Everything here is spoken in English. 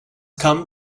come